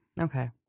Okay